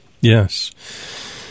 Yes